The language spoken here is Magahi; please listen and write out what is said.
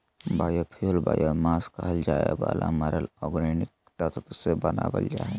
बायोफ्यूल बायोमास कहल जावे वाला मरल ऑर्गेनिक तत्व से बनावल जा हइ